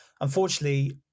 unfortunately